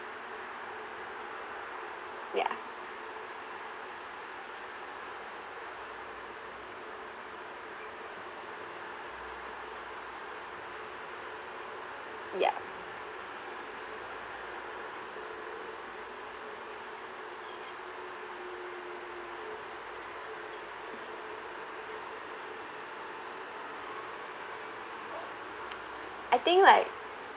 ya ya I think like